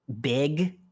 big